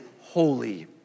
holy